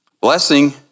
Blessing